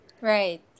Right